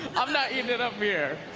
i'm not eating it up here.